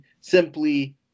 simply